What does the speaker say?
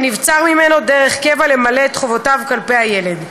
ונבצר ממנו דרך קבע למלא את חובותיו כלפי הילד.